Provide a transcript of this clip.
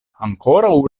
ankoraŭ